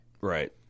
right